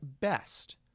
best